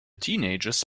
teenagers